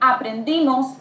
Aprendimos